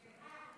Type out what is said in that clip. הודעת